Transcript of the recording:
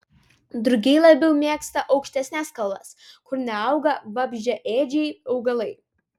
drugiai labiau mėgsta aukštesnes kalvas kur neauga vabzdžiaėdžiai augalai